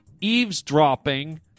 eavesdropping